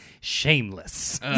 Shameless